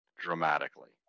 dramatically